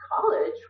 college